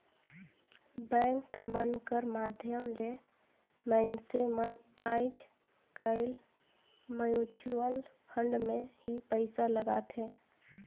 bank मन कर माध्यम ले मइनसे मन आएज काएल म्युचुवल फंड में ही पइसा लगाथें